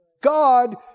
God